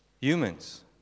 Humans